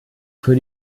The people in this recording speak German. für